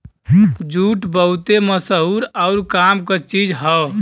jute बहुते मसहूर आउर काम क चीज हौ